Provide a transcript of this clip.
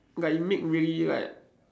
like you make really like